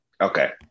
Okay